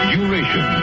Duration